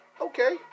Okay